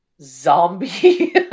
zombie